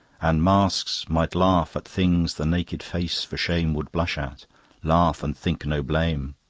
and masks might laugh at things the naked face for shame would blush at laugh and think no blame.